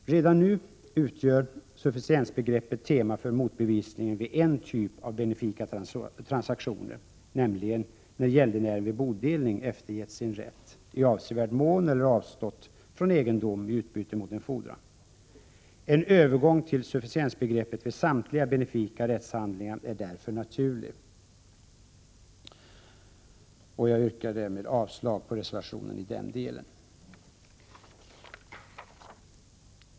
Redan nu utgör sufficiensbegreppet tema för motbevisningen vid en typ av benefika transaktioner, nämligen när gäldenären vid bodelning eftergett sin rätt i avsevärd mån eller avstått från egendomen i utbyte mot en fordran. En övergång till sufficiensbegreppet vid samtliga benefika rättshandlingar är därför naturlig. Jag yrkar därmed avslag på reservationen i den delen.